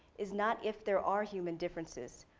is not if there are human differences.